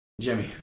Jimmy